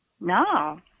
No